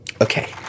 Okay